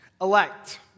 elect